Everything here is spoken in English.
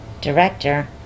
director